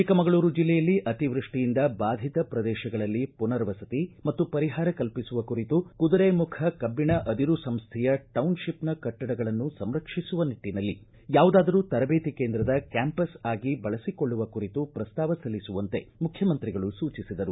ಚಿಕ್ಕಮಗಳೂರು ಜಿಲ್ಲೆಯಲ್ಲಿ ಅತಿವ್ಯಷ್ಟಿಯಿಂದ ಬಾಧಿತ ಪ್ರದೇಶಗಳಲ್ಲಿ ಪುನರ್ವಸತಿ ಮತ್ತು ಪರಿಹಾರ ಕಲ್ಪಿಸುವ ಕುರಿತು ಕುದುರೆಮುಖ ಕಬ್ಬಣ ಅದಿರು ಸಂಸ್ಥೆಯ ಟೌನ್ಷಿಪ್ನ ಕಟ್ಟಡಗಳನ್ನು ಸಂರಕ್ಷಿಸುವ ನಿಟ್ಟಿನಲ್ಲಿ ಯಾವುದಾದರೂ ತರಬೇತಿ ಕೇಂದ್ರದ ಕ್ಕಾಂಪಸ್ ಆಗಿ ಬಳಸಿಕೊಳ್ಳುವ ಕುರಿತು ಪ್ರಸ್ತಾವ ಸಲ್ಲಿಸುವಂತೆ ಮುಖ್ಯಮಂತ್ರಿಗಳು ಸೂಚಿಸಿದರು